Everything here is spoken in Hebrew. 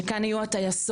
שכאן יהיו הטייסות,